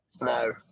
No